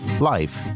life